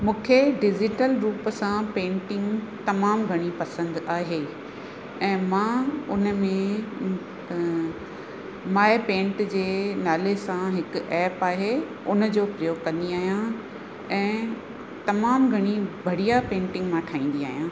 मूंखे डिज़ीटल रूप सां पेंटिंग तमामु घणी पसंदि आहे ऐं मां उन में माए पेंट जे नाले सां हिकु ऐप आहे उन जो प्रयोग कंदी आहियां ऐं तमामु घणी बढ़िया पेंटिंग मां ठाहींदी आहियां